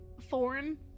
Thorn